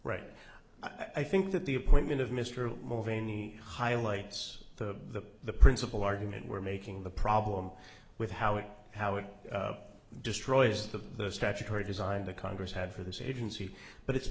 right i think that the appointment of mr moore veiny highlights the the principal argument we're making the problem with how it how it destroys the statutory design the congress had for this agency but it's